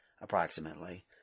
approximately